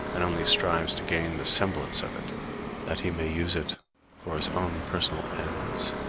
and only strives to gain the semblance of it that he may use it for his own personal ends,